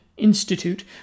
Institute